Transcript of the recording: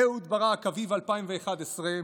אהוד ברק, אביב 2011: